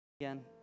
again